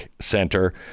center